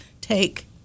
take